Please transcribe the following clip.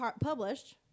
published